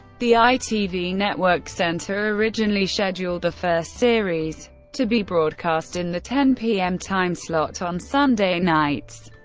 the itv network centre originally scheduled the first series to be broadcast in the ten pm timeslot on sunday nights.